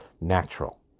natural